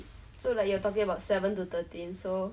so like you are talking about seven to thirteen so